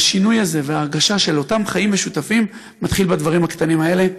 והשינוי הזה וההרגשה של אותם חיים משותפים מתחילים בדברים הקטנים האלה.